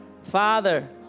Father